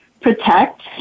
protect